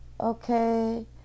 Okay